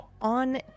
on